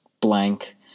blank